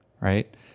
right